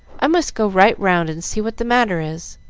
i must go right round and see what the matter is